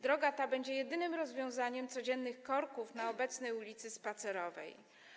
Droga ta będzie jedynym rozwiązaniem codziennych korków na obecnej ul. Spacerowej.